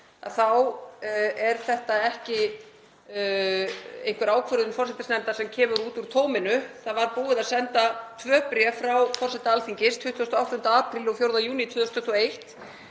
þá er þetta ekki einhver ákvörðun forsætisnefndar sem kemur út úr tóminu. Það var búið að senda tvö bréf frá forseta Alþingis, 28. apríl og 4. júní 2021,